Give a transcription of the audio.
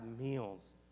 meals